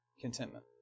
contentment